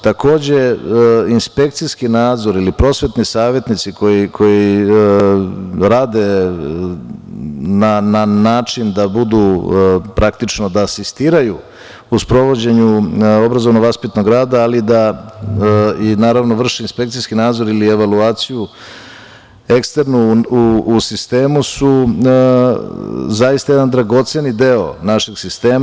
Takođe, inspekcijski nadzor ili prosvetni savetnici koji rade na način da praktično asistiraju u sprovođenju obrazovno vaspitnog rada, naravno vrši i inspekcijski nadzor ili evaluaciju eksternu u sistemu su zaista jedan dragoceni deo našeg sistema.